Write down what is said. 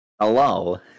Hello